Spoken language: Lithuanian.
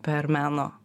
per meno